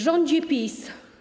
Rządzie PiS!